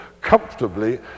comfortably